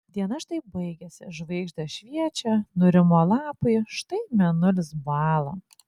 diena štai baigėsi žvaigždės šviečia nurimo lapai štai mėnulis bąla